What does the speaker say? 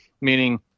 meaning